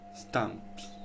stamps